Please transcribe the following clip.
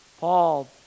Paul